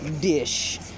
dish